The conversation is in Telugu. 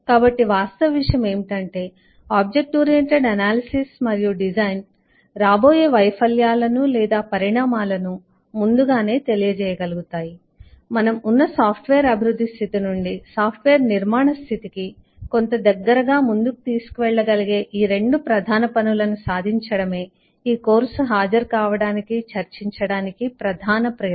కాబట్టి వాస్తవ విషయం ఏమిటంటే ఆబ్జెక్ట్ ఓరియెంటెడ్ అనాలిసిస్ మరియు డిజైన్ రాబోయే వైఫల్యాలను లేదా పరిణామాలను ముందుగానే తెలియజేయగలుగుతాయి మనం ఉన్న సాఫ్ట్వేర్ అభివృద్ధి స్థితి నుండి సాఫ్ట్వేర్ నిర్మాణ స్థితికి కొంత దగ్గరగా ముందుకు తీసుకు వెళ్ళ గలిగే ఈ రెండు ప్రధాన పనులను సాధించడమే ఈ కోర్సు హాజరు కావడానికి చర్చించడానికి ప్రధాన ప్రేరణ